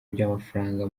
by’amafaranga